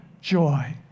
joy